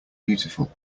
beautiful